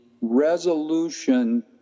resolution